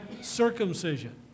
circumcision